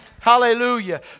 Hallelujah